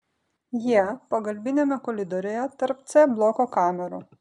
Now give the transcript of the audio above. jie pagalbiniame koridoriuje tarp c bloko kamerų